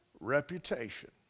reputation